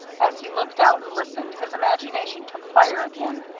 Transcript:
as he looked out and listened, his imagination took fire again,